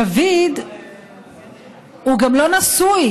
דוד גם לא נשוי